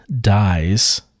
dies